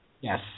Yes